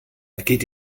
geht